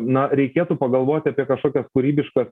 na reikėtų pagalvoti apie kažkokias kūrybiškas